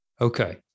Okay